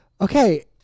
Okay